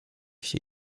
się